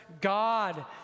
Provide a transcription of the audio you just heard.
God